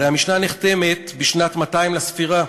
הרי המשנה נחתמת בשנת 200 לספירה,